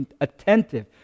attentive